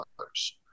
others